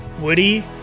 Woody